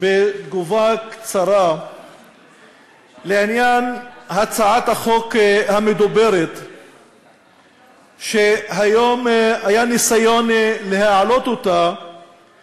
בתגובה קצרה לעניין הצעת החוק המדוברת שהיום היה ניסיון להעלות אותה